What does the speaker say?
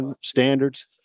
standards